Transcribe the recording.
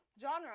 genre